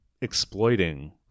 exploiting